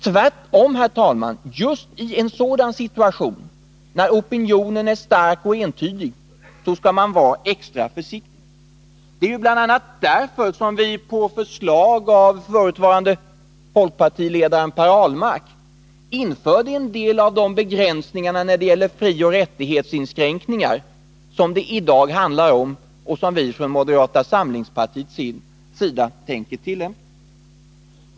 Tvärtom skall man vara extra försiktig i en situation då opinionen är stark och entydig. Det är bl.a. därför som vi på förslag av förutvarande folkpartiledaren Per Ahlmark införde en del av de begränsningar i fråga om frioch rättighetsinskränkningar som det i dag handlar om och som vi från moderata samlingspartiet tänker tillämpa.